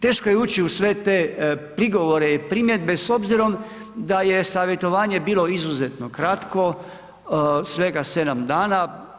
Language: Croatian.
Teško je ući u sve te prigovore i primjedbe s obzirom da je savjetovanje bilo izuzetno kratko, svega 7 dana.